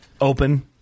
Open